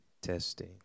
Testing